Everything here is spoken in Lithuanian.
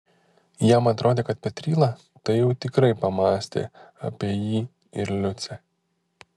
jam atrodė kad petryla tai jau tikrai pamąstė apie jį ir liucę